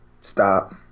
Stop